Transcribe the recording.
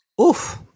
Oof